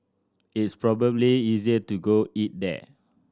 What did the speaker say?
it's probably easier to go eat there